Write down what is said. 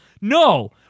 no